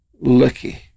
lucky